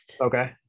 Okay